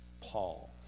Paul